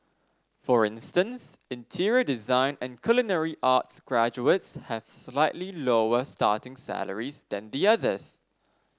for instance interior design and culinary arts graduates have slightly lower starting salaries than the others